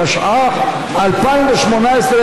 התשע"ח 2018,